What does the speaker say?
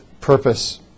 purpose